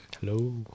Hello